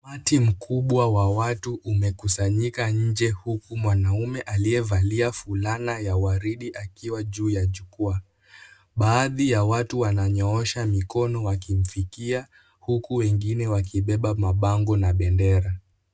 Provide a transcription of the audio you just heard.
Umati mkubwa wa watu umekusanyika nje huku mwanaume aliyevalia fulana ya waridi akiwa juu ya jukwaa. Baadhi ya watu wananyoosha Mikono wakiimfikia huku wengine wakibeba mapango na bendera.